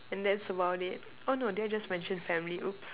and that's about it oh no did I just mention family oops